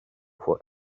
for